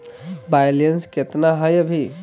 Balance केतना हय अभी?